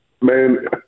Man